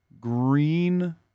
green